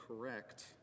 correct